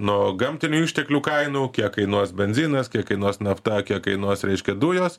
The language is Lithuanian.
nuo gamtinių išteklių kainų kiek kainuos benzinas kiek kainuos nafta kiek kainuos reiškia dujos